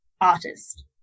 artist